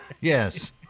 Yes